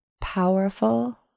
powerful